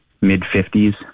mid-50s